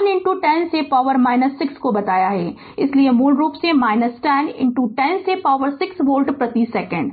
1 10 से पावर 6 को बताया इसलिए मूल रूप से 10 10 से पावर 6 वोल्ट प्रति सेकंड